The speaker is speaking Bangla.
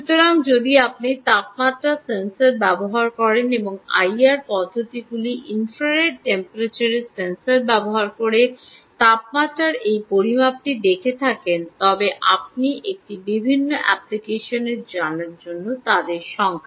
সুতরাং যদি আপনি তাপমাত্রা সেন্সর ব্যবহার করে আইআর পদ্ধতিগুলি ইনফ্রারেড টেম্পারেচার সেন্সর ব্যবহার করে তাপমাত্রার এই পরিমাপটি দেখে থাকেন তবে আপনি একটি বিভিন্ন অ্যাপ্লিকেশন জন্য তাদের সংখ্যা